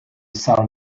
sun